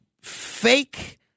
fake